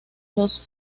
los